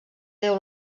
déu